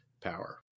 power